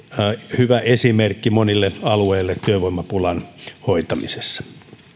hyvä esimerkki monille alueille työvoimapulan hoitamisessa